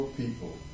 people